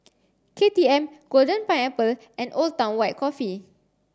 K T M Golden Pineapple and Old Town White Coffee